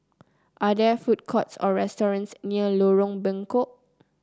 are there food courts or restaurants near Lorong Bengkok